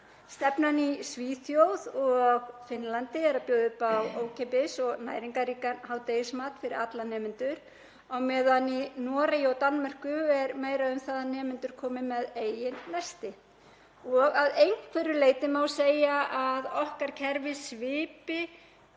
Stefnan í Svíþjóð og Finnlandi er að bjóða upp á ókeypis og næringarríkan hádegismat fyrir alla nemendur á meðan í Noregi og Danmörku er meira um það að nemendur komi með eigið nesti. Að einhverju leyti má segja að okkar kerfi svipi